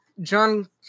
John